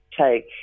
take